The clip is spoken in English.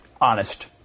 honest